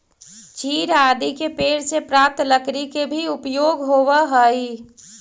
चीड़ आदि के पेड़ से प्राप्त लकड़ी के भी उपयोग होवऽ हई